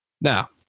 Now